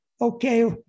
okay